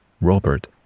Robert